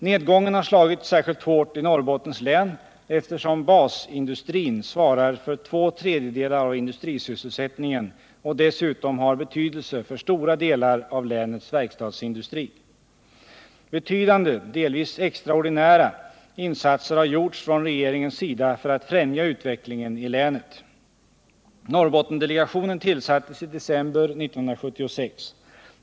Nedgången har slagit särskilt hårt i Norrbottens län, eftersom basindustrin svarar för två tredjedelar av industrisysselsättningen och dessutom har betydelse för stora delar av länets verkstadsindustri. Betydande, delvis extraordinära, insatser har gjorts från regeringens sida för att främja utvecklingen i länet. 4 Norrbottendelegationen tillsattes i december 1976.